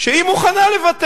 שהיא מוכנה לוותר.